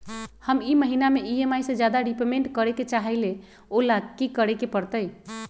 हम ई महिना में ई.एम.आई से ज्यादा रीपेमेंट करे के चाहईले ओ लेल की करे के परतई?